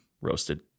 roasted